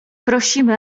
prosimy